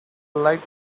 light